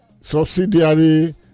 subsidiary